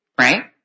Right